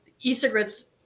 e-cigarettes